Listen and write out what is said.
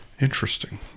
interesting